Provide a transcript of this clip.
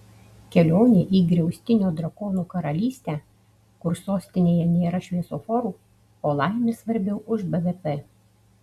kelionė į griaustinio drakono karalystę kur sostinėje nėra šviesoforų o laimė svarbiau už bvp